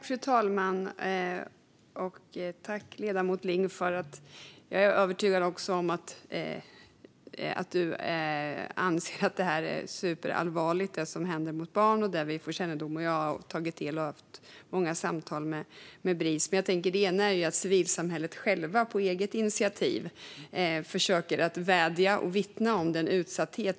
Fru talman! Jag är övertygad om att ledamoten Ling anser att det vi får kännedom om när det gäller vad som händer med barn är superallvarligt. Jag har haft många samtal med Bris. Civilsamhället självt försöker på eget initiativ vädja och vittna om utsattheten.